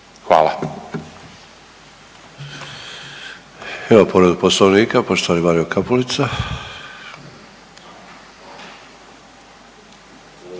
Hvala.